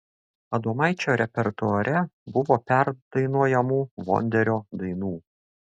adomaičio repertuare buvo perdainuojamų vonderio dainų